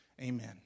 amen